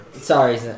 Sorry